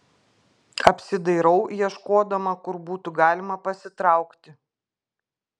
apsidairau ieškodama kur būtų galima pasitraukti